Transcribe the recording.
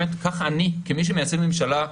אני, כמי שמייצג את הממשלה,